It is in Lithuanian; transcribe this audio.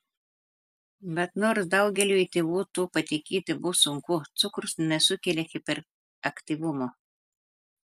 bet nors daugeliui tėvų tuo patikėti bus sunku cukrus nesukelia hiperaktyvumo